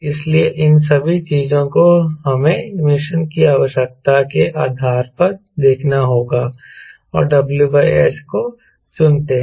इसलिए इन सभी चीजों को हमें मिशन की आवश्यकता के आधार पर देखना होगा और WS को चुनते हैं